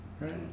Right